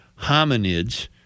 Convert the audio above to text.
hominids